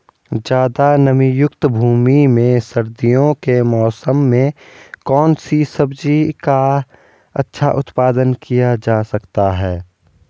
ज़्यादा नमीयुक्त भूमि में सर्दियों के मौसम में कौन सी सब्जी का अच्छा उत्पादन किया जा सकता है?